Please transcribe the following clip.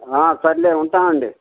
సరేలే ఉంటామండి